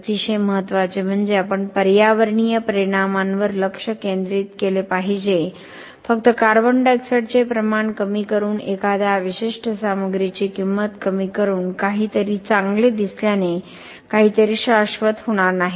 अतिशय महत्त्वाचे म्हणजे आपण पर्यावरणीय परिणामांवर लक्ष केंद्रित केले पाहिजे फक्त कार्बन डायॉक्साइड चे प्रमाण कमी करून एखाद्या विशिष्ट सामग्रीची किंमत कमी करून काहीतरी चांगले दिसल्याने काहीतरी शाश्वत होणार नाही